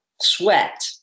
sweat